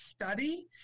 study